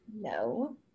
No